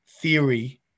theory